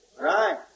Right